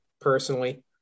personally